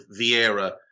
Vieira